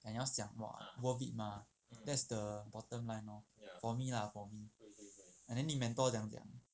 then 要想 !wah! worth it mah that's the bottom line lor for me lah for me and then 你 mentor 怎样讲